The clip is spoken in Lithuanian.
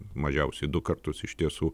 mažiausiai du kartus iš tiesų